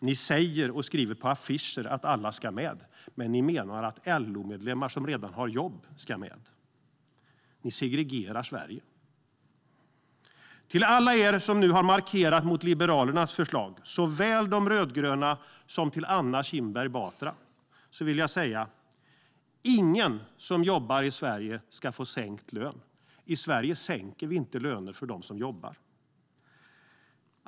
Ni säger och skriver på affischer att alla ska med, men ni menar att LO-medlemmar som redan har jobb ska med. Ni segregerar Sverige. Till alla er som nu har markerat mot Liberalernas förslag, såväl de rödgröna som Anna Kinberg Batra, vill jag säga: Ingen som jobbar i Sverige ska få sänkt lön. I Sverige sänker vi inte löner för dem som jobbar.